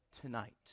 tonight